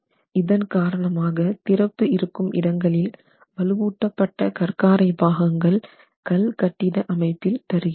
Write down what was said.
இதன் காரணமாக திறப்பு இருக்கும் இடங்களில் வலுவூட்டப்பட்ட கற் காரை பாகங்கள் கல்கட்டிட அமைப்பில் தருகிறோம்